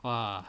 !wah!